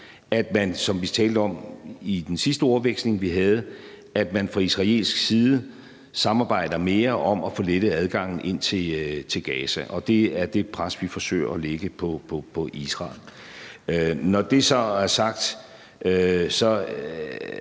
at man, som vi talte om i den sidste ordveksling, vi havde, fra israelsk side samarbejder mere om at få lettet adgangen ind til Gaza. Og det er det pres, vi forsøger at lægge på Israel. Når det så er sagt, er